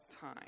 time